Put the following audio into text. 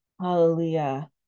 Hallelujah